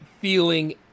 feeling